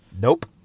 Nope